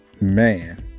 Man